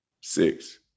Six